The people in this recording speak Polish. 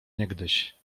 niegdyś